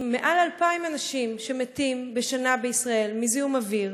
עם מעל 2,000 אנשים שמתים בשנה בישראל מזיהום אוויר,